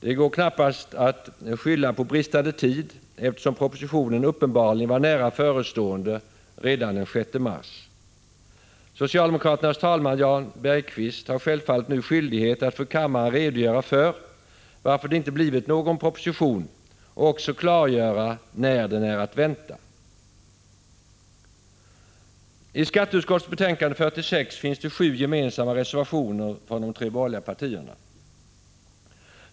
Det går knappast att skylla på bristande tid, eftersom propositionen uppenbarligen var nära förestående redan den 6 mars. Socialdemokraternas talesman Jan Bergqvist har självfallet nu skyldighet att inför kammaren redogöra för varför det inte har blivit någon proposition och också klargöra när den är att vänta. I skatteutskottets betänkande 46 finns det sju gemensamma reservationer från de tre borgerliga partierna.